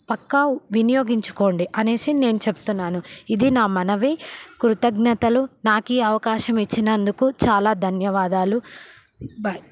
పక్కా వినియోగించుకోండి అనేసి నేను చెప్తున్నాను ఇది నా మనవి కృతజ్ఞతలు నాకు ఈ అవకాశం ఇచ్చినందుకు చాలా ధన్యవాదాలు బాయ్